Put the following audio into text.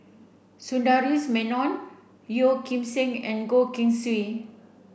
Sundaresh Menon Yeo Kim Seng and Goh Keng Swee